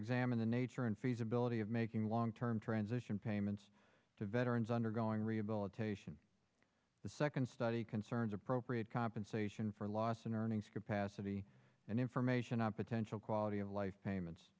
examine the nature and feasibility of making long term transition payments to veterans undergoing rehabilitation the second study concerns appropriate compensation for loss in earnings capacity and information on potential quality of life payments